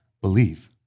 believe